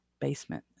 basement